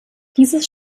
dieses